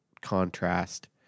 contrast